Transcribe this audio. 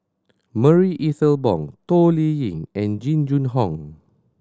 Marie Ethel Bong Toh Liying and Jing Jun Hong